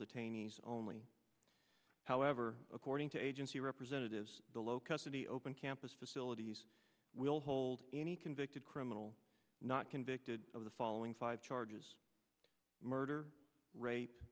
detainees only however according to agency representatives the local city open campus facilities will hold any convicted criminal not convicted of the following five charges murder rape